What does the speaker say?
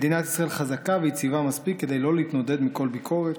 מדינת ישראל חזקה ויציבה מספיק כדי לא להתנודד מכל ביקורת.